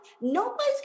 nobody's